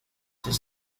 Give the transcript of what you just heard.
does